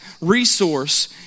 resource